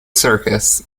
circus